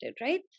right